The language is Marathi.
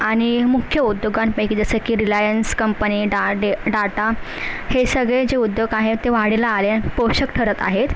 आणि मुख्य उद्योगांपैकी जसं की रिलायन्स कंपनी डा डे डाटा हे सगळे जे उद्योग आहे ते वाढीला आले पोषक ठरत आहेत